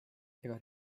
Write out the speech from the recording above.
ega